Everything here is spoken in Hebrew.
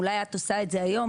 אולי את עושה את זה היום,